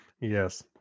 Yes